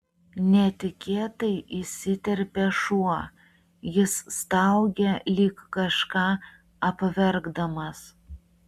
netikėtai įsiterpia šuo jis staugia lyg kažką apverkdamas